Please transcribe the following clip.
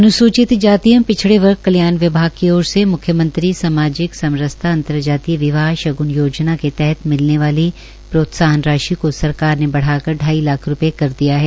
अन्सूचित जाति एवं पिछड़े वर्ग कल्याण विभाग की ओर से मुख्यमंत्री सामाजिक समरसता अंतरजातीय विवाह शग्न योजना के तहत मिलने वाली प्रोत्साहन राशि को सरकार ने बढ़ाकर ढाई लाख रूपये कर दिया है